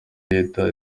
leta